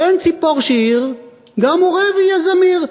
באין ציפור שיר גם עורב יהיה זמיר.